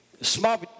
Small